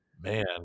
Man